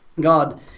God